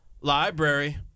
library